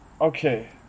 Okay